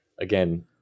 again